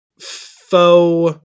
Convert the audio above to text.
faux